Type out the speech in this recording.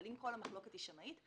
אבל אם כל המחלוקת היא שמאית,